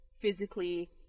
physically